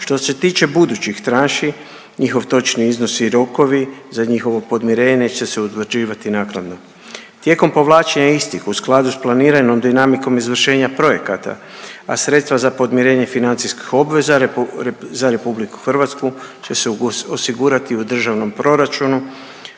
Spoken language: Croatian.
Što se tiče budućih tranši, njihov točni iznos i rokovi za njihovo podmirenje će se utvrđivati naknadno. Tijekom povlačenja istih u skladu sa planiranom dinamikom izvršenja projekata, a sredstva za podmirenje financijskih obveza za Republiku Hrvatsku će se osigurati u državnom proračunu